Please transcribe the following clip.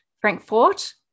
Frankfort